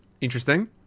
Interesting